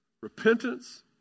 Repentance